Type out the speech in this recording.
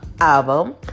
album